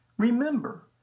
Remember